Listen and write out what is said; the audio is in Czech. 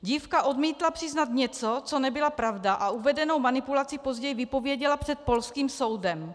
Dívka odmítla přiznat něco, co nebyla pravda, a uvedenou manipulaci později vypověděla před polským soudem.